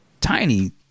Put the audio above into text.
Tiny